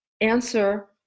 answer